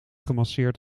gemasseerd